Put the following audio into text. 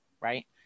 right